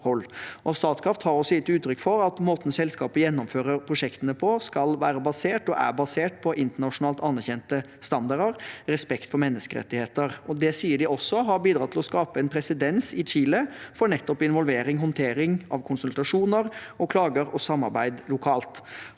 Statkraft har også gitt uttrykk for at måten selskapet gjennomfører prosjektene på, skal være og er basert på internasjonalt anerkjente standarder og respekt for menneskerettigheter. Det sier de også har bidratt til å skape en presedens i Chile for nettopp involvering, håndtering av konsultasjoner og klager og samarbeid lokalt.